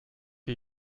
die